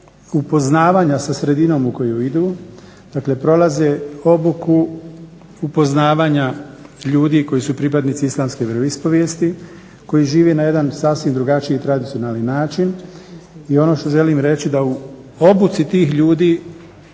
upoznavanja sa sredinom u koju idu, dakle prolaze obuku upoznavanja ljudi koji su pripadnici islamske vjeroispovijesti koji živi na jedan sasvim drugačiji tradicionalni način i ono što želim reći da u obuci tih ljudi